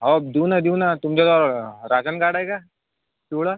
अहो देऊ नं देऊ नं तुमच्याजवळ राशन कार्ड आहे का पिवळं